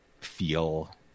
feel